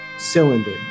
Cylinder